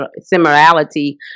similarity